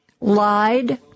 lied